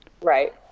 right